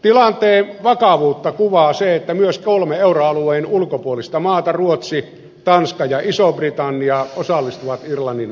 tilanteen vakavuutta kuvaa se että myös kolme euroalueen ulkopuolista maata ruotsi tanska ja iso britannia osallistuu irlannin lainaohjelmaan